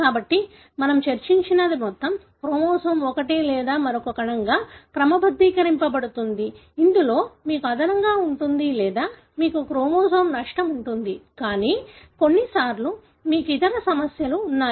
కాబట్టి మనము చర్చించినది మొత్తం క్రోమోజోమ్ ఒకటి లేదా మరొక కణంగా క్రమబద్ధీకరించబడుతుంది ఇందులో మీకు అదనంగా ఉంటుంది లేదా మీకు మొత్తం క్రోమోజోమ్ నష్టం ఉంటుంది కానీ కొన్నిసార్లు మీకు ఇతర సమస్యలు ఉన్నాయి